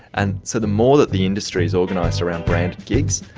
and so the more that the industry is organised around branded gigs,